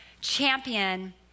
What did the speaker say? champion